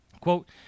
Quote